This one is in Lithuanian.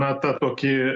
na tą tokį